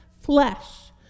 flesh